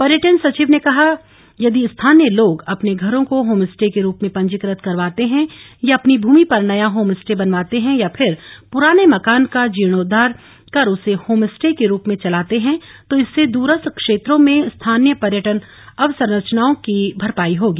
पर्यटन सचिव ने कहा यदि स्थानीय लोग अपने घरों को होमस्टे के रूप में पंजीकृत करवाते हैं या अपनी भूमि पर नया होमस्टे बनवाते हैं या फिर प्राने मकान का जीर्णोद्वार कर उसे होमस्टे के रूप में चलाते हैं तो इससे द्रस्थ क्षेत्रों में स्थानीय पर्यटन अवसंरचनाओं की भरपाई होगी